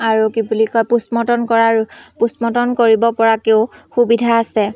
আৰু কি বুলি কয় প'ষ্ট মৰ্টম কৰাৰ প'ষ্ট মৰ্টম কৰিব পৰাকেও সুবিধা আছে